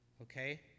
Okay